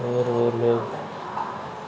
اور وہ لوگ